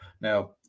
Now